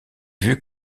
vue